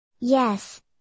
Yes